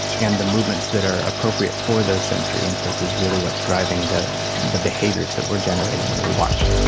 and the movements that are appropriate for those sensory inputs is really what's driving the the behaviours that we are generating when we watch.